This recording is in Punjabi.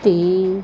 ਤੀਂ